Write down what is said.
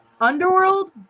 Underworld